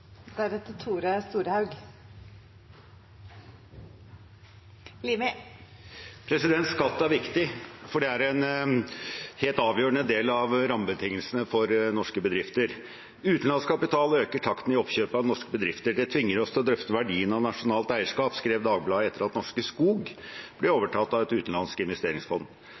Skatt er viktig, for det er en helt avgjørende del av rammebetingelsene for norske bedrifter. Utenlandsk kapital øker takten i oppkjøpet av norske bedrifter. «Det tvinger oss til å drøfte verdien av nasjonalt eierskap», skrev Dagbladet etter at Norske Skog ble overtatt av et utenlandsk investeringsfond.